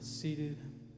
seated